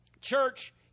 church